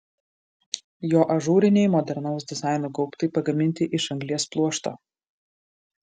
jo ažūriniai modernaus dizaino gaubtai pagaminti iš anglies pluošto